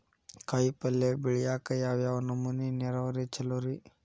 ಕಾಯಿಪಲ್ಯ ಬೆಳಿಯಾಕ ಯಾವ್ ನಮೂನಿ ನೇರಾವರಿ ಛಲೋ ರಿ?